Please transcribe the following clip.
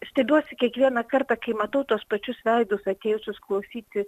stebiuosi kiekvieną kartą kai matau tuos pačius veidus atėjusius klausyti